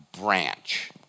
branch